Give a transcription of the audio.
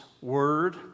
word